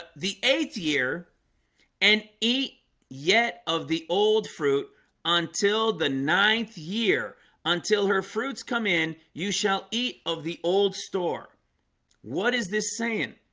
the eighth year and eat yet of the old fruit until the ninth year until her fruits come in you shall eat of the old store what is this saying?